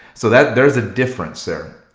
so that there's a difference there.